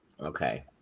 okay